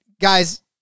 guys